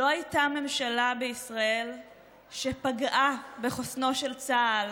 לא הייתה ממשלה בישראל שפגעה בחוסנו של צה"ל